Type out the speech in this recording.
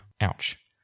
Ouch